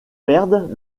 perdent